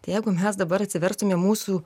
tai jeigu mes dabar atsiverstumėm mūsų